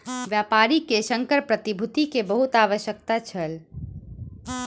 व्यापारी के संकर प्रतिभूति के बहुत आवश्यकता छल